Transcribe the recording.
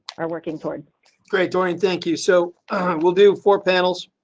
are working toward great join thank you. so we'll do four panels.